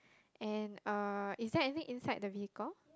and uh is there any inside the vehicle